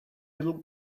little